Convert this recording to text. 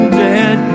dead